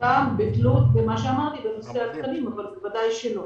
זה תלוי בנושא התקנים, כמו שאמרתי, אבל ודאי שלא.